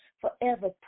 forever